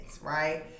right